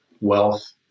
wealth